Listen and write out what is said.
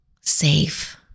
safe